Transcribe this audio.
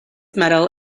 medal